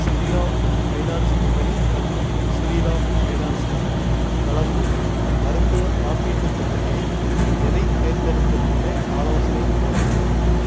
Sriram finance company மற்றும் Shriram finance company வழங்கும் மருத்துவக் காப்பீட்டுத் திட்டங்களில் எதைத் தேர்ந்தெடுப்பது என ஆலோசனை கூறவும்